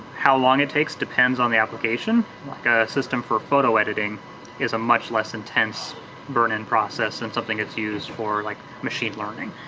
how long it takes depends on the application. like a system for photo editing is a much less intense burn in process than and something that's used for like machine learning.